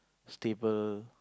stable